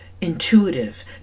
Intuitive